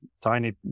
tiny